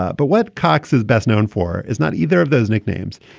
ah but what cox is best known for is not either of those nicknames.